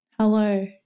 Hello